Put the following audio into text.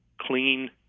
clean